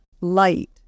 light